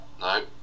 no